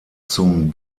zum